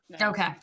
Okay